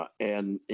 and you